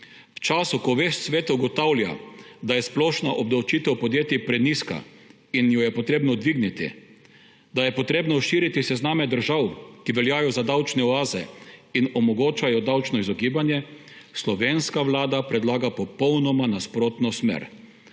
V času, ko ves svet ugotavlja, da je splošna obdavčitev podjetij prenizka in jo je treba dvigniti, da je treba širiti sezname držav, ki veljajo za davčne oaze in omogočajo davčno izogibanje, slovenska vlada predlaga popolnoma nasprotno smer